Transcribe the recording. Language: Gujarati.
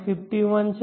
51 છે